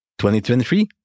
2023